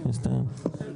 הסתיים.